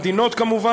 המדינות".